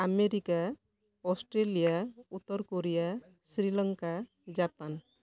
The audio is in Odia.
America Australia Uttar Korea Sri Lanka Japan